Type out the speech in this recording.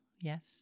Yes